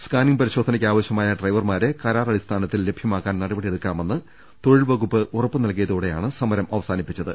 scanning പരിശോധനക്ക് ആവശ്യമായ ഡ്രൈവർമാരെ കരാറടിസ്ഥാനത്തിൽ ലഭ്യമാക്കാൻ നടപടി യെടുക്കാമെന്ന് തൊഴിൽവകുപ്പ് ഉറപ്പ് നൽകിയതോടെയാണ് സമരം അവ സാനിപ്പിച്ചത്